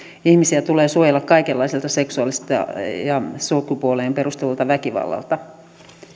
ihmisiä tulee suojella kaikenlaiselta seksuaaliselta ja sukupuoleen perustuvalta väkivallalta